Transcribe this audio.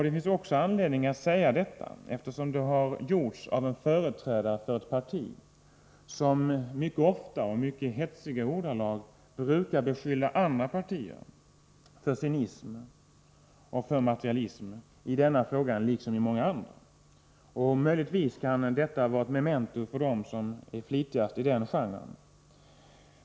Det finns anledning att säga detta, eftersom uttalandet gjorts av en företrädare för ett parti som mycket ofta och i mycket hetsiga ordalag beskyller andra partier för cynism och materialism i denna fråga, liksom i många andra. Möjligtvis kan detta vara ett memento för dem som är flitigast i den genren.